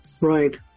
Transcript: Right